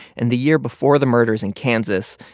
in the year before the murders in kansas,